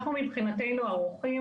אנחנו מבחינתנו ערוכים,